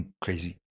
crazy